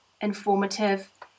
informative